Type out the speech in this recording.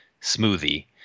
smoothie